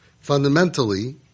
fundamentally